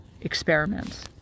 experiments